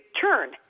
turn